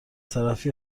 طرفی